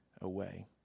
away